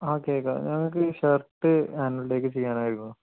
ആ കേള്ക്കാം ഞങ്ങള്ക്കീ ഷർട്ട് ആനുവൽ ഡേയ്ക്ക് ചെയ്യാനായിരുന്നു